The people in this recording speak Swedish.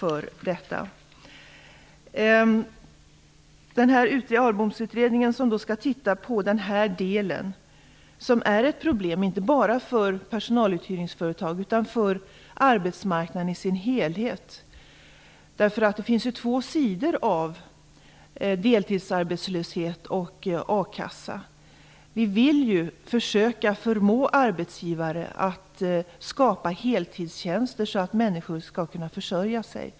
ARBOM skall alltså se över den här delen som är ett problem, inte bara för personaluthyrningsföretag utan också för arbetsmarknaden i dess helhet. Det finns två sidor av detta med deltidsarbetslöshet och akassa. Vi vill ju försöka förmå arbetsgivare att skapa heltidstjänster så att människor skall kunna försörja sig.